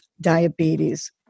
diabetes